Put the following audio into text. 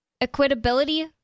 Equitability